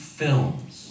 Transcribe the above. films